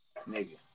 Nigga